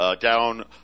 Down